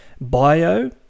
bio